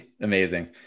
Amazing